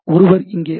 ஒருவர் இங்கே ஐ